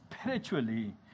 spiritually